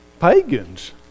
pagans